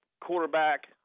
quarterback